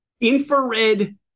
infrared